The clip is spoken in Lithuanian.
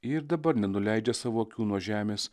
ji ir dabar nenuleidžia savo akių nuo žemės